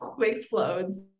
explodes